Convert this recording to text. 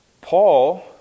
Paul